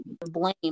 blame